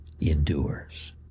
endures